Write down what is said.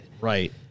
Right